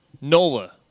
NOLA